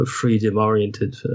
freedom-oriented